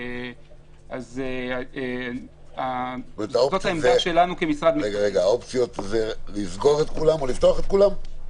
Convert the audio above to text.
האם האופציה היא לסגור את כולם או לפתוח את כולם?